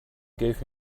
gave